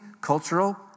cultural